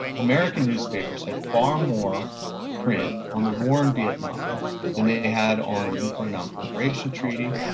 american newspapers had far more print on the war in vietnam and they had on the nuclear nonproliferation treaty,